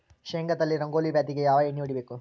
ಶೇಂಗಾದಲ್ಲಿ ರಂಗೋಲಿ ವ್ಯಾಧಿಗೆ ಯಾವ ಎಣ್ಣಿ ಹೊಡಿಬೇಕು?